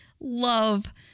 Love